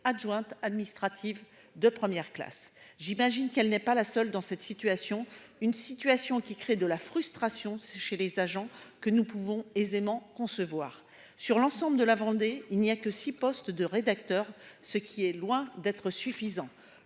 adjointe administrative de première classe. J'imagine qu'elle n'est pas la seule dans cette situation, une situation qui crée de la frustration chez les agents, que nous pouvons aisément concevoir sur l'ensemble de la Vendée. Il n'y a que 6 postes de rédacteur, ce qui est loin d'être suffisant,